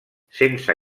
sense